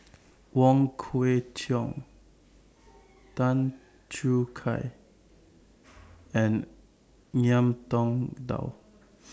Wong Kwei Cheong Tan Choo Kai and Ngiam Tong Dow